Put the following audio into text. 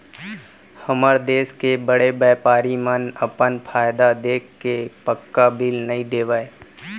हमर देस के बड़े बैपारी मन अपन फायदा देखके पक्का बिल नइ देवय